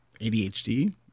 ADHD